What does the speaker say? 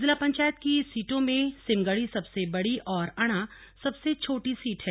जिला पंचायत की सीटों में सिमगड़ी सबसे बड़ी और अणा सबसे छोटी सीट है